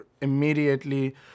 immediately